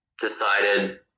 decided